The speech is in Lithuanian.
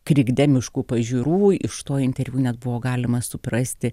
krikdemiškų pažiūrų iš to interviu net buvo galima suprasti